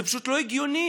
זה פשוט לא הגיוני.